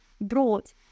brought